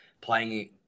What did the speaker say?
playing